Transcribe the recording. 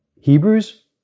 Hebrews